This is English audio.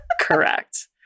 Correct